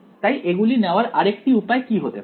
তাই এগুলি নেওয়ার আরেকটি উপায় কি হতে পারে